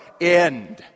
end